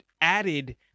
added